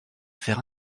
faire